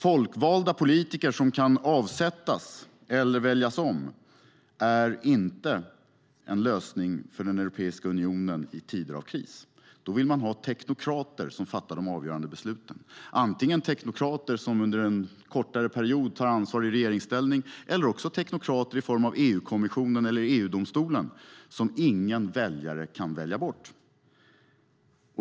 Folkvalda politiker som kan avsättas eller väljas om är inte en lösning för Europeiska unionen i tider av kris, utan då vill man ha teknokrater som fattar de avgörande besluten, antingen teknokrater som under en kortare period tar ansvar i regeringsställning eller också teknokrater i form av EU-kommissionen eller EU-domstolen, som ingen väljare kan välja bort.